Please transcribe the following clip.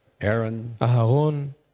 Aaron